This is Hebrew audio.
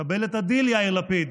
מקבל את הדיל, יאיר לפיד?